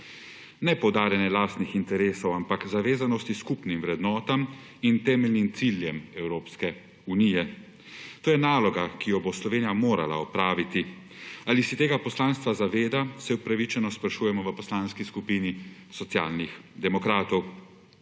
ne poudarjanje lastnih interesov, ampak zavezanost k skupnim vrednotam in temeljnim ciljem Evropske unije. To je naloga, ki jo bo Slovenija morala opraviti. Ali se tega poslanstva zaveda, se upravičeno sprašujemo v Poslanski skupini Socialnih demokratov.